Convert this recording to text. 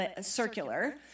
circular